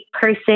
person